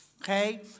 Okay